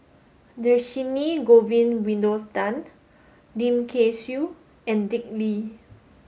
Dhershini Govin Winodan Lim Kay Siu and Dick Lee